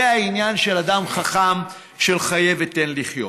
זה העניין של אדם חכם, של חיה ותן לחיות.